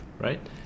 right